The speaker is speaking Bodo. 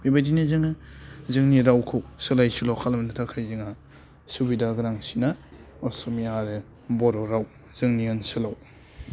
बेबायदिनो जोङो जोंनि रावखौ सोलाय सोल' खालामनो थाखाय जोंहा सुबिदा गोनांसिना असमिया आरो बर' राव जोंनि ओनसोलाव